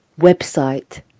website